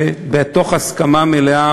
ובהסכמה מלאה,